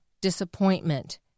disappointment